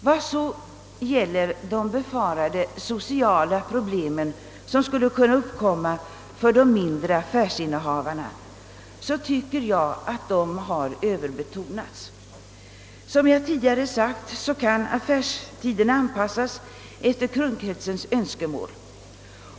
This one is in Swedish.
Vad så beträffar de befarade sociala problem som skulle kunna uppstå när det gäller de mindre affärsinnehavarna, så tycker jag att de har överbetonats. Som jag tidigare sagt kan affärstiden anpassas efter kundkretsens önskemål.